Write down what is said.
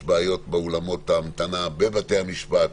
יש בעיות באולמות ההמתנה בבתי המשפט.